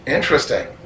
Interesting